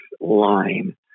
line